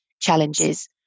challenges